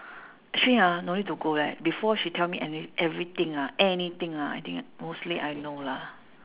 actually ah no need to go leh before she tell me any~ everything ah anything ah I think mostly I know lah